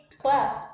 Class